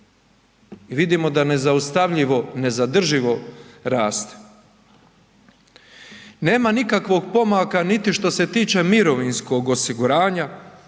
vidimo da nezaustavljivo, nezadrživo raste. Nema nikakvog pomaka niti što se tiče mirovinskog osiguranja,